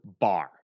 bar